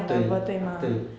对对